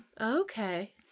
Okay